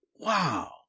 Wow